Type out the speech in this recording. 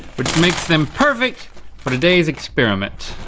which makes them perfect for today's experiment.